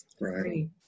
Right